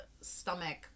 stomach